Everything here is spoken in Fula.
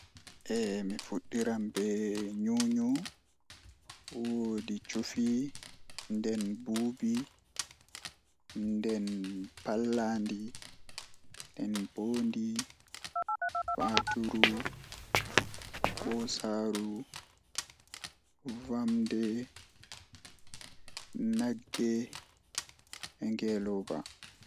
Mi fudiram be nyunyu, wuodichufi, nden bubi, nden pallandi, nden bondi, faaturu, bosaru, vamde, nagge,e gelooba.